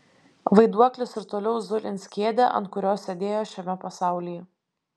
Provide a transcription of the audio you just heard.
vaiduoklis ir toliau zulins kėdę ant kurios sėdėjo šiame pasaulyje